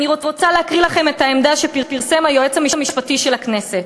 אני רוצה להקריא לכם את העמדה שפרסם היועץ המשפטי לכנסת: